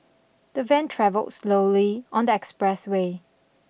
the van travelled slowly on the expressway